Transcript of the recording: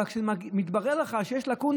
אבל כשמתברר לך שיש לקונה,